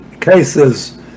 cases